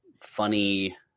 funny